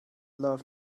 love